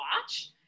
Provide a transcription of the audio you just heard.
watch